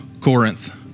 Corinth